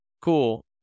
cool